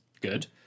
good